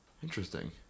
Interesting